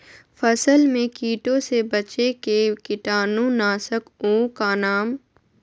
फसल में कीटों से बचे के कीटाणु नाशक ओं का नाम?